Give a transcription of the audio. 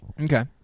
Okay